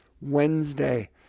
Wednesday